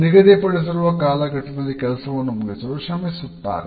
ನಿಗದಿಪಡಿಸಿರುವ ಕಾಲಘಟ್ಟದಲ್ಲಿ ಕೆಲಸ ಮುಗಿಸಲು ಶ್ರಮಿಸುತ್ತಾರೆ